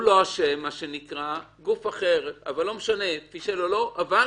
הוא לא אשם, גוף אחר פישל או לא, אבל